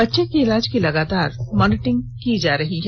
बच्चे के इलाज की लगातार मॉनिटरिंग की जा रही है